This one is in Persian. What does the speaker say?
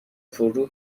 پرو